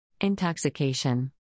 Intoxication